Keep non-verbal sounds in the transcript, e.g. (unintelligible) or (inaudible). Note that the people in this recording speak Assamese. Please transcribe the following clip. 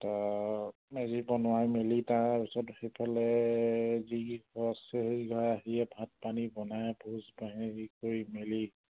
তাৰ মেজি বনাই মেলি তাৰপিছত সেইফালে যি ঘৰ আছে সেইকেইঘৰ আহি ভাত পানী বনাই ভোজ (unintelligible) কৰি মেলি